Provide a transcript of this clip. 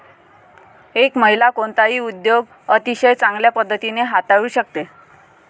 एक महिला कोणताही उद्योग अतिशय चांगल्या पद्धतीने हाताळू शकते